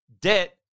Debt